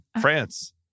France